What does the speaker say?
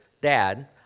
dad